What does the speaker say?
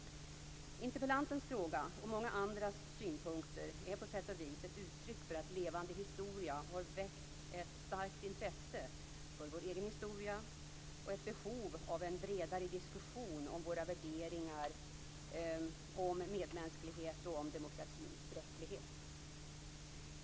Interpellantens fråga och många andras synpunkter är på sätt och vis ett uttryck för att Levande historia har väckt ett starkt intresse för vår egen historia och ett behov av en bredare diskussion om våra värderingar, om medmänsklighet och om demokratins bräcklighet.